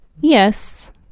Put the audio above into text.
Yes